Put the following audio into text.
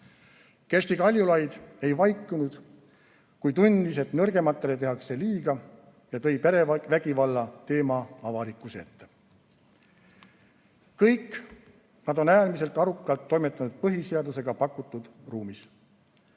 Kersti Kaljulaid ei vaikinud, kui tundis, et nõrgematele tehakse liiga, ja tõi perevägivalla teema avalikkuse ette. Kõik nad on äärmiselt arukalt toimetanud põhiseadusega pakutud ruumis.